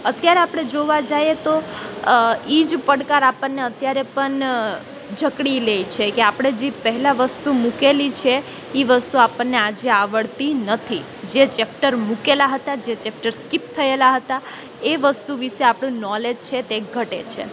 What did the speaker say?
અત્યારે આપણે જોવાં જાઈએ તો એ જ પડકાર આપણને અત્યારે પણ જકડી લે છે કે આપણે જે પહેલાં વસ્તુ મૂકેલી છે એ વસ્તુ આપણને આજે આવડતી નથી જે ચેપ્ટર મૂકેલાં હતાં જે ચેપ્ટર સ્કીપ થએલાં હતાં એ વસ્તુ વિષે આપણું નોલેજ છે તે ઘટે છે